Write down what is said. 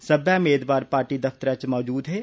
सब्लै मेदवार पार्टी दफ्तरै च मजूद हे